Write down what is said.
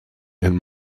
and